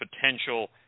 potential